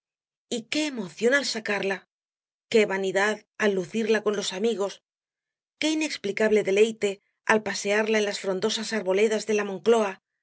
y qué emoción al sacarla qué vanidad al lucirla con los amigos qué inexplicable deleite al pasearla en las frondosas arboledas de la moncloa